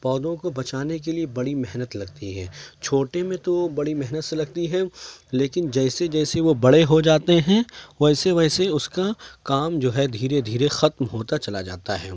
پودوں کو بچانے کے لیے بڑی محنت لگتی ہے چھوٹے میں تو بڑی محنت سے لگتی ہے لیکن جیسے جیسے وہ بڑے ہو جاتے ہیں ویسے ویسے اس کا کام جو ہے دھیرے دھیرے ختم ہوتا چلا جاتا ہے